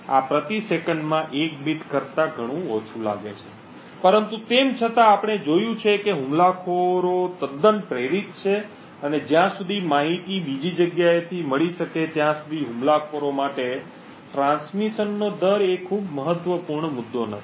આ પ્રતિ સેકંડમાં 1 બીટ કરતા ઘણું ઓછું લાગે છે પરંતુ તેમ છતાં આપણે જોયું છે કે હુમલાખોરો તદ્દન પ્રેરિત છે અને જ્યાં સુધી માહિતી બીજી જગ્યાએથી મળી શકે ત્યાં સુધી હુમલાખોરો માટે ટ્રાન્સમિશનનો દર એ ખૂબ જ મહત્વપૂર્ણ મુદ્દો નથી